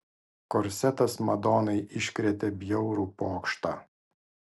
korsetas madonai iškrėtė bjaurų pokštą